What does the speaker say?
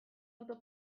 auto